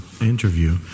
interview